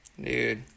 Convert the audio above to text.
Dude